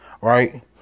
Right